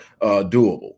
doable